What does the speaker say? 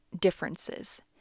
differences